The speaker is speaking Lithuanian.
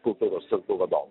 kultūros centrų vadovų